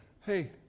hey